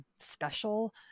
special